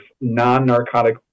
non-narcotic